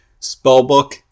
Spellbook